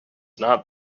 not